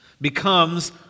becomes